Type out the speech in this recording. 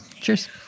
Cheers